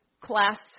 class